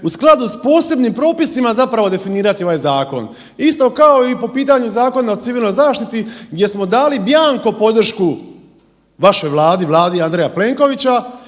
u skladu s posebnim propisima definirati ovaj zakon, isto kao i po pitanju Zakona o civilnoj zaštiti gdje smo dali bjanko podršku vašoj Vladi, vladi Andreja Plenkovića